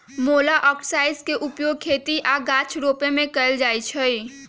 मोलॉक्साइड्स के उपयोग खेती आऽ गाछ रोपे में कएल जाइ छइ